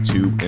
Two